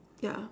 yeah